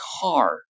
car